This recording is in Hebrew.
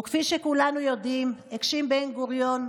כפי שכולנו יודעים הגשים בן-גוריון,